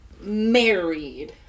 married